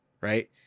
right